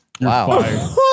Wow